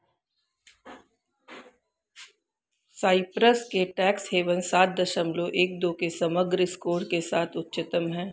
Cyprus के tax havens सात दशमलव एक दो के समग्र स्कोर के साथ उच्चतम हैं